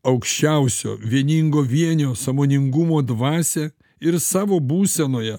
aukščiausio vieningo vienio sąmoningumo dvasią ir savo būsenoje